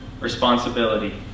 responsibility